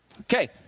okay